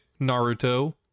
Naruto